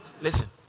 Listen